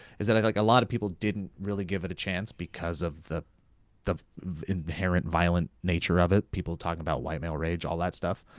is that like like a lot of people didn't really give it a chance because of the the inherent violent nature of it. people talking about white male rage, all that stuff.